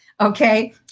okay